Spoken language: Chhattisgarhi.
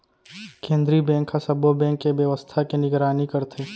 केंद्रीय बेंक ह सब्बो बेंक के बेवस्था के निगरानी करथे